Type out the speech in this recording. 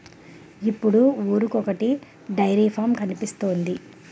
ఇప్పుడు ఊరికొకొటి dairy farm కనిపిస్తోంది